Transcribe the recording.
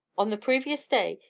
on the previous day,